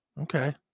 Okay